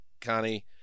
Connie